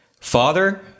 Father